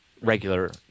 regular